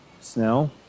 Snell